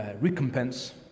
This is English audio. recompense